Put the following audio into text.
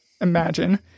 imagine